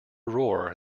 roar